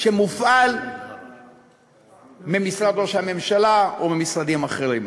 שמופעל ממשרד ראש הממשלה או ממשרדים אחרים.